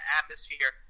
atmosphere